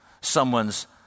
someone's